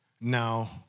Now